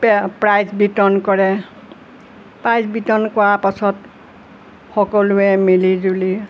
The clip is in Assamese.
পে প্ৰাইজ বিতৰণ কৰে প্ৰাইজ বিতৰণ কৰাৰ পাছত সকলোৱে মিলি জুলি